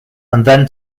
then